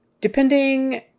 depending